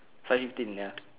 five fifteen ya